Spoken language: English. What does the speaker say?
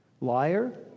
Liar